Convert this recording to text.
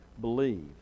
believe